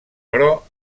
però